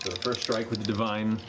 first strike with the divine,